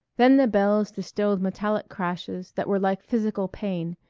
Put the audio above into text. then the bells distilled metallic crashes that were like physical pain,